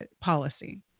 Policy